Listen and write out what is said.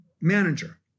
manager